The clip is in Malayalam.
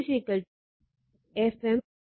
പക്ഷേ H Fm l ആണ്